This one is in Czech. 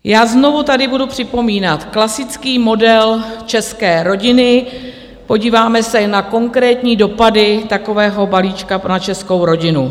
Já znovu tady budu připomínat klasický model české rodiny, podíváme se na konkrétní dopady takového balíčku na českou rodinu.